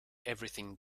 everything